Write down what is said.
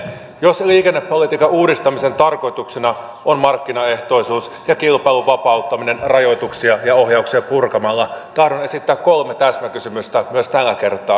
jos liikennepolitiikan uudistamisen tarkoituksena on markkinaehtoisuus ja kilpailun vapauttaminen rajoituksia ja ohjauksia purkamalla tahdon esittää kolme täsmäkysymystä myös tällä kertaa